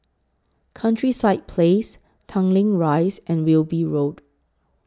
Countryside Place Tanglin Rise and Wilby Road